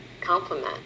compliment